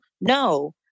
No